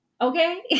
Okay